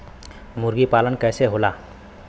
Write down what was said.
मुर्गी पालन कैसे होला?